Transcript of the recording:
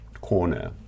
corner